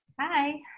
Hi